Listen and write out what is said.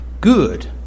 good